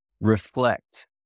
Reflect